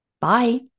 Bye